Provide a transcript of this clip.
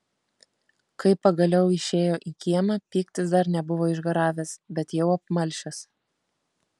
kai pagaliau išėjo į kiemą pyktis dar nebuvo išgaravęs bet jau apmalšęs